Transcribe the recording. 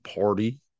party